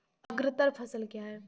अग्रतर फसल क्या हैं?